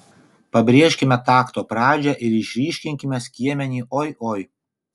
pabrėžkime takto pradžią ir išryškinkime skiemenį oi oi